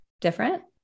different